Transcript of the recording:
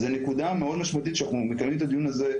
זו נקודה משמעותית מאוד כשאנחנו מקיימים את הדיון הזה,